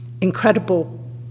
incredible